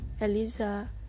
Eliza